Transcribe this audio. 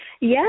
Yes